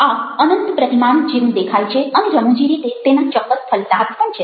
આ અનંત પ્રતિમાન જેવું દેખાય છે અને રમૂજી રીતે તેના ચોક્કસ ફલિતાર્થ પણ છે